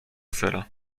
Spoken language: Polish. sera